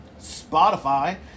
Spotify